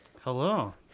Hello